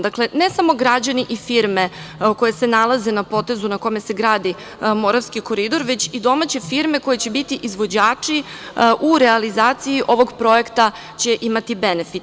Dakle, ne samo građani i firme koje se nalaze na potezu na kome se gradi Moravski koridor, već i domaće firme koje će biti izvođači u realizaciji ovog projekta će imati benefit.